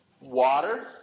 Water